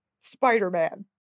Spider-Man